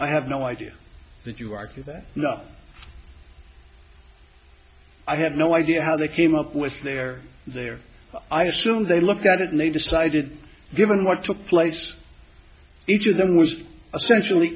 i have no idea that you argue that no i have no idea how they came up with their their i assume they looked at it and they decided given what took place each of them was essentially